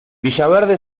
villaverde